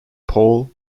paul